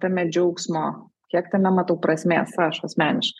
tame džiaugsmo kiek tame matau prasmės aš asmeniškai